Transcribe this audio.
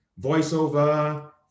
voiceover